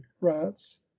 rats